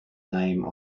name